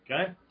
okay